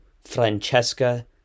Francesca